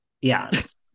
Yes